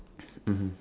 mmhmm